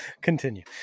Continue